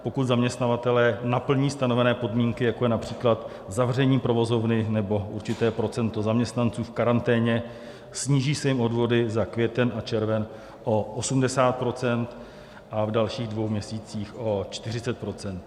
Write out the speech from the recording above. pokud zaměstnavatelé naplní stanovené podmínky, jako je například zavření provozovny nebo určité procento zaměstnanců v karanténě, sníží se jim odvody za květen a červen o 80 % a v dalších dvou měsících o 40 %.